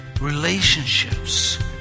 relationships